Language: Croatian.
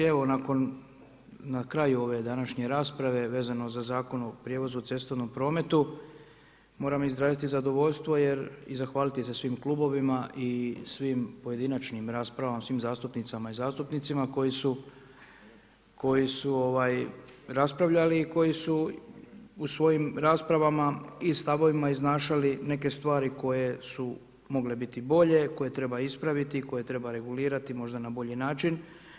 Evo na kraju ove današnje rasprave vezano za Zakon o prijevozu u cestovnom prometu moram izraziti zadovoljstvo i zahvaliti se svim klubovima i svim pojedinačnim raspravama, svim zastupnicama i zastupnicima koji su raspravljali i koji su u svojim raspravama i stavovima iznašali neke stvari koje su mogle biti i bolje, koje treba ispraviti i koje treba regulirati možda na bolji način.